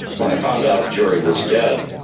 when i found out gerry was dead,